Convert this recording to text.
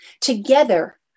Together